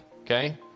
okay